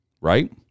right